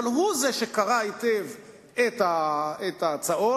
אבל הוא שקרא היטב את ההצעות,